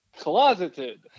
closeted